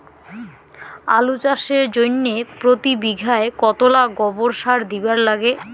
আলু চাষের জইন্যে প্রতি বিঘায় কতোলা গোবর সার দিবার লাগে?